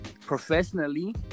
professionally